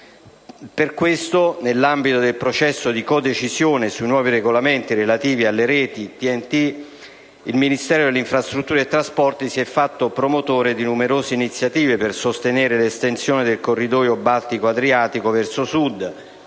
Per questo, nell'ambito del processo di codecisione sui nuovi regolamenti relativi alle reti TEN-T, il Ministero per le infrastrutture e per i trasporti si è fatto promotore di numerose iniziative per sostenere l'estensione del corridoio Baltico-Adriatico verso Sud,